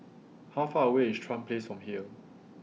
How Far away IS Chuan Place from here